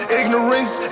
ignorance